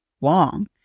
long